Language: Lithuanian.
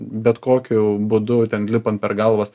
bet kokiu būdu ten lipant per galvas